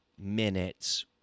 minutes